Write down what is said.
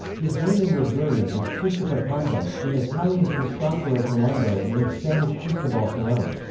his name in ligurian is cristoffa combo, in italian cristoforo colombo and in spanish cristobal colon.